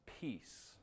peace